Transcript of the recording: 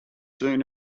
soon